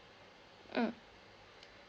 mm